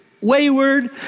Wayward